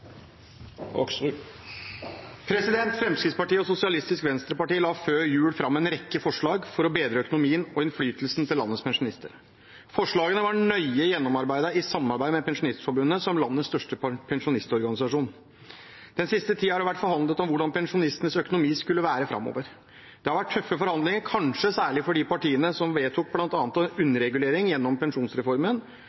Fremskrittspartiet og Sosialistisk Venstreparti la før jul fram en rekke forslag for å bedre økonomien og innflytelsen til landets pensjonister. Forslagene var nøye gjennomarbeidet i samarbeid med Pensjonistforbundet, som landets største pensjonistorganisasjon. Den siste tiden har det vært forhandlet om hvordan pensjonistenes økonomi skulle være framover. Det har vært tøffe forhandlinger, kanskje særlig for de partiene som vedtok